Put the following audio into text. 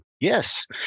Yes